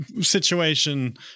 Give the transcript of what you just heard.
situation